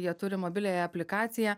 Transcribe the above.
jie turi mobiliąją aplikaciją